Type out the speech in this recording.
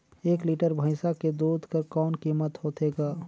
एक लीटर भैंसा के दूध कर कौन कीमत होथे ग?